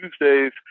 Tuesdays